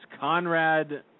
Conrad